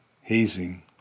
hazing